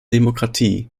demokratie